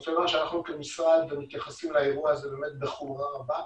אני רוצה לומר שאנחנו כמשרד מתייחסים לאירוע הזה באמת בחומרה רבה.